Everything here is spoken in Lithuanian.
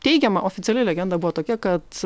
teigiama oficiali legenda buvo tokia kad